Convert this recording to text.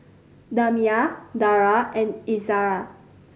Damia Dara and Izzara